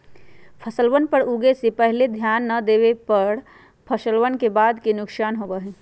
फसलवन पर उगे से पहले ध्यान ना देवे पर फसलवन के बाद के नुकसान होबा हई